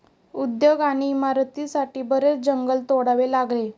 उद्योग आणि इमारतींसाठी बरेच जंगल तोडावे लागले